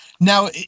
Now